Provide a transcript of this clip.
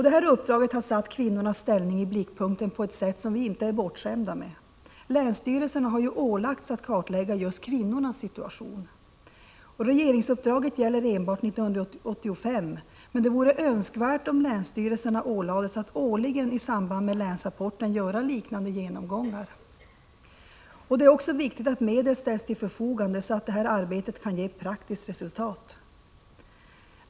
Det här uppdraget har satt kvinnornas ställning i blickpunkten på ett sätt som vi inte är bortskämda med. Länsstyrelserna har ju ålagts att kartlägga just kvinnornas situation. Regeringsuppdraget gäller enbart 1985, men det vore önskvärt om länsstyrelserna ålades att årligen i samband med länsrapporten göra liknande genomgångar. Det är också viktigt att medel ställs till förfogande, så att det här arbetet kan ge praktiskt resultat.